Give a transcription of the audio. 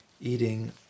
eating